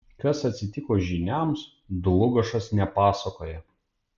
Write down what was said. kas atsitiko žyniams dlugošas nepasakoja